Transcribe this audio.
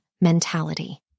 mentality